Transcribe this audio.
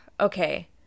okay